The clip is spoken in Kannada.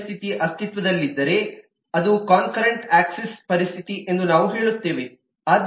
ಈ ಪರಿಸ್ಥಿತಿ ಅಸ್ತಿತ್ವದಲ್ಲಿದ್ದರೆ ಅದು ಕನ್ಕರೆಂಟ್ ಆಕ್ಸೆಸ್ ಪರಿಸ್ಥಿತಿ ಎಂದು ನಾವು ಹೇಳುತ್ತೇವೆ